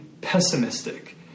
pessimistic